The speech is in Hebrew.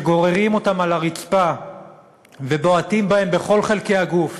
שגוררים אותם על הרצפה ובועטים בהם בכל חלקי הגוף,